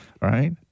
right